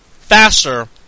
faster